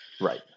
right